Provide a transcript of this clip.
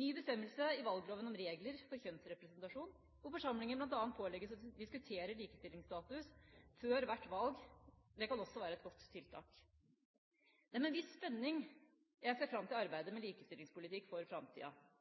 Ny bestemmelse i valgloven om regler for kjønnsrepresentasjon – hvor forsamlingen bl.a. pålegges å diskutere likestillingsstatus før hvert valg – kan også være et godt tiltak. Det er med en viss spenning jeg ser fram til arbeidet med likestillingspolitikk for framtida,